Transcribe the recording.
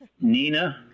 Nina